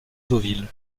deauville